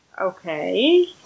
Okay